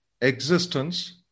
existence